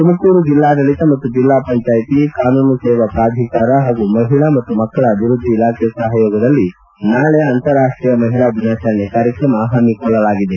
ತುಮಕೂರು ಜಿಲ್ಲಾಡಳತ ಮತ್ತು ಜಿಲ್ಲಾ ಪಂಚಾಯಿತಿ ಕಾನೂನು ಸೇವಾ ಪ್ರಾಧಿಕಾರ ಹಾಗೂ ಮಹಿಳಾ ಮತ್ತು ಮಕ್ಕಳ ಅಭಿವೃದ್ದಿ ಇಲಾಖೆ ಸಹಯೋಗದಲ್ಲಿ ನಾಳೆ ಅಂತಾರಾಷ್ಟೀಯ ಮಹಿಳಾ ದಿನಾಚರಣೆ ಕಾರ್ಯಕ್ರಮ ಹಮ್ಮಿಕೊಳ್ಳಲಾಗಿದೆ